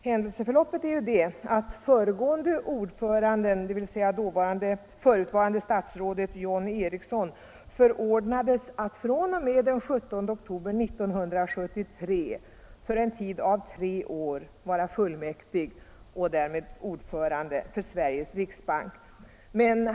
Händelseförloppet är att den föregående ordföranden, dvs. förutvarande statsrådet John Ericsson, förordnades att fr.o.m. den 17 oktober 1973 för en tid av tre år vara fullmäktig och därmed ordförande för Sveriges riksbank.